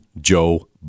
Joe